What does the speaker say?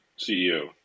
CEO